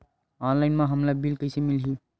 Online म हमला bill कइसे मिलही?